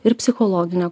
ir psichologinio